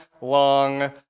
long